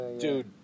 dude